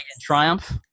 triumph